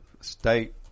state